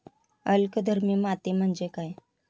अल्कधर्मी माती म्हणजे काय?